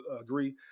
agree